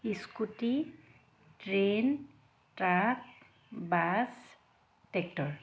scooty train truck bus tractor